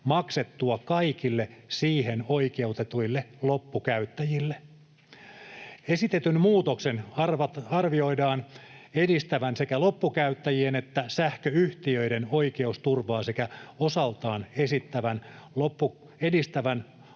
maksettua kaikille siihen oikeutetuille loppukäyttäjille. Esitetyn muutoksen arvioidaan edistävän sekä loppukäyttäjien että sähköyhtiöiden oikeusturvaa sekä osaltaan edistävän